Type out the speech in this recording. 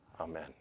Amen